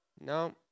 No